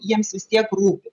jiems vis tiek rūpi